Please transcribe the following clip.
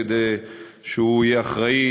כדי שהוא יהיה אחראי,